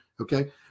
Okay